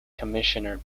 commissioner